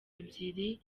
ebyiri